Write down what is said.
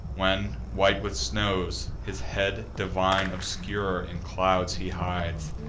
when, white with snows, his head divine obscure in clouds he hides,